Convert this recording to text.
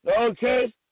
Okay